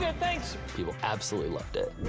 yeah thanks. people absolutely loved it.